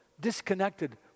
disconnected